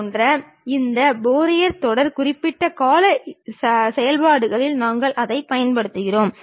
படத்தில் காட்டியுள்ளவாறு அந்த கிடைமட்ட தளத்தை எடுத்துக் கொள்வோம்